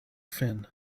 fin